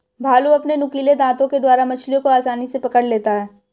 भालू अपने नुकीले दातों के द्वारा मछलियों को आसानी से पकड़ लेता है